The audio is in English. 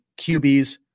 QBs